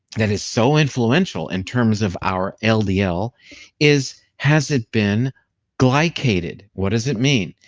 that is so influential in terms of our and ldl is has it been glycated? what does it mean?